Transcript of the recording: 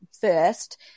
first